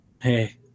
hey